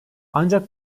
ancak